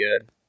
good